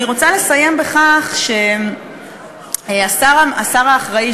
אני רוצה לסיים בכך שהשר האחראי,